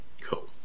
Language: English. Cool